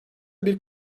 bir